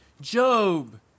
Job